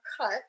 cut